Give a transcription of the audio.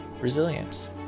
resilience